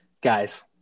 Guys